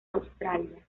australia